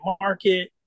market